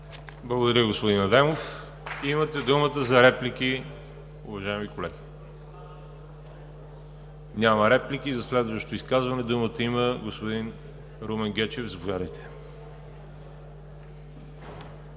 Благодаря, господин Адемов. Имате думата за реплики, уважаеми колеги. Няма реплики. За следващо изказване думата има господин Румен Гечев. Заповядайте.